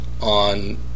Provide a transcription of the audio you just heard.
on